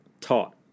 taught